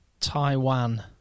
Taiwan